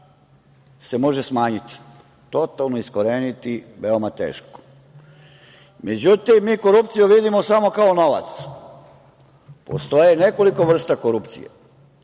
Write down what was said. se može smanjiti, totalno iskoreniti veoma teško. Međutim, mi korupciju vidimo samo kao novac. Postoje nekoliko vrsta korupcije.